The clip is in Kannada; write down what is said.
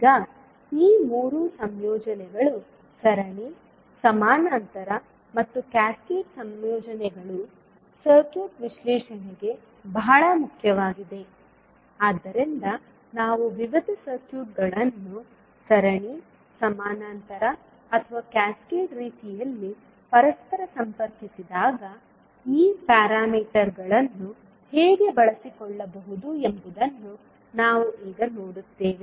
ಈಗ ಈ 3 ಸಂಯೋಜನೆಗಳು ಸರಣಿ ಸಮಾನಾಂತರ ಮತ್ತು ಕ್ಯಾಸ್ಕೇಡ್ ಸಂಯೋಜನೆಗಳು ಸರ್ಕ್ಯೂಟ್ ವಿಶ್ಲೇಷಣೆಗೆ ಬಹಳ ಮುಖ್ಯವಾಗಿದೆ ಆದ್ದರಿಂದ ನಾವು ವಿವಿಧ ನೆಟ್ವರ್ಕ್ಗಳನ್ನು ಸರಣಿ ಸಮಾನಾಂತರ ಅಥವಾ ಕ್ಯಾಸ್ಕೇಡ್ ರೀತಿಯಲ್ಲಿ ಪರಸ್ಪರ ಸಂಪರ್ಕಿಸಿದಾಗ ಈ ನಿಯತಾಂಕಗಳನ್ನು ಹೇಗೆ ಬಳಸಿಕೊಳ್ಳಬಹುದು ಎಂಬುದನ್ನು ನಾವು ಈಗ ನೋಡುತ್ತೇವೆ